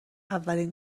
اولین